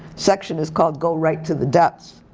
section is called go right to the depths.